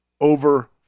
over